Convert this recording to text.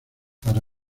para